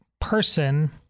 person